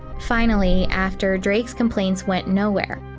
finally, after drake's complaints went nowhere,